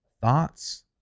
thoughts